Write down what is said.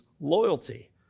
loyalty